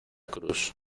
cruz